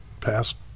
passed